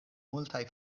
multaj